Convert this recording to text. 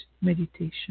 meditation